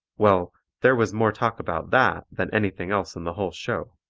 well, there was more talk about that than anything else in the whole show.